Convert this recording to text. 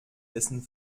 dessen